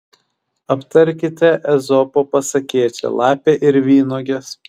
aptarkite ezopo pasakėčią lapė ir vynuogės